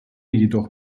jedoch